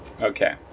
Okay